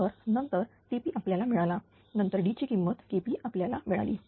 तर नंतर TP आपल्याला मिळाला नंतर D ची किंमत KP आपल्याला मिळाली